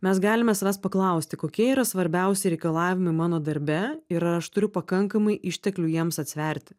mes galime savęs paklausti kokie yra svarbiausi reikalavimai mano darbe ir ar aš turiu pakankamai išteklių jiems atsiverti